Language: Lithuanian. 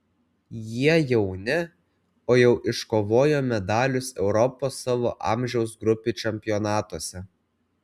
jie jauni o jau iškovojo medalius europos savo amžiaus grupių čempionatuose